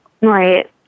Right